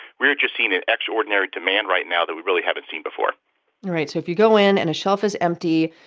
we are just seeing an extraordinary demand right now that we really haven't seen before so if you go in and a shelf is empty,